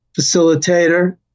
facilitator